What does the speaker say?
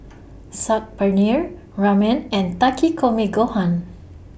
Saag Paneer Ramen and Takikomi Gohan